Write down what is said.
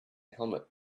helmet